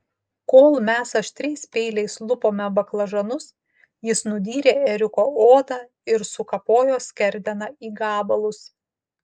kol mes aštriais peiliais lupome baklažanus jis nudyrė ėriuko odą ir sukapojo skerdeną į gabalus